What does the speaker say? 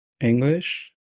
English